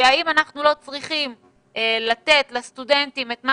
והאם אנחנו לא צריכים לתת לסטודנטים את מה